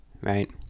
right